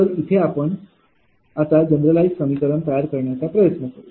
तर इथे आपण आता जनरलाईझ समीकरण तयार करण्याचा प्रयत्न करू